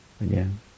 again